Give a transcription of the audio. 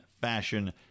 fashion